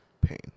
Pain